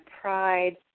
pride